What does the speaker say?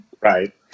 Right